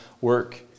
work